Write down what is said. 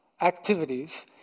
activities